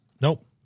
Nope